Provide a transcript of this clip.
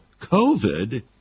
covid